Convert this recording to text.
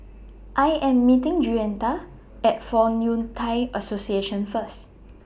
I Am meeting Juanita At Fong Yun Thai Association First